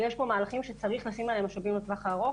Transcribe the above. יש פה מהלכים שצריך לשים עליהם משאבים לטווח הארוך